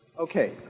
Okay